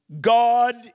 God